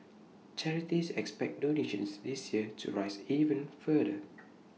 charities expect donations this year to rise even further